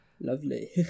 Lovely